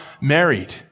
married